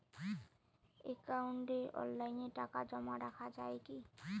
একাউন্টে অনলাইনে টাকা জমা রাখা য়ায় কি?